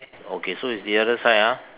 okay so it's the other side ah